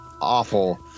awful